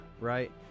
Right